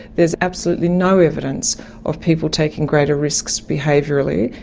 there is absolutely no evidence of people taking greater risks behaviourally.